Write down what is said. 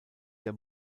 der